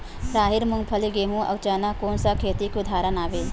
राहेर, मूंगफली, गेहूं, अउ चना कोन सा खेती के उदाहरण आवे?